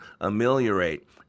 ameliorate